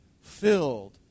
filled